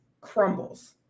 crumbles